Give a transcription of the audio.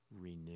Renew